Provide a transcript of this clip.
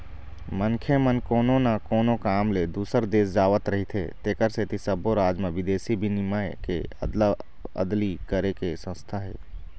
मनखे मन कोनो न कोनो काम ले दूसर देश जावत रहिथे तेखर सेती सब्बो राज म बिदेशी बिनिमय के अदला अदली करे के संस्था हे